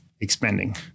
expanding